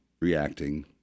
reacting